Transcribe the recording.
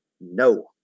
No